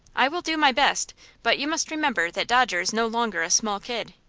i will do my best but you must remember that dodger is no longer a small kid.